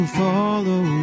follow